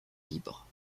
libre